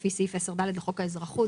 לפי סעיף 10(ד) לחוק האזרחות.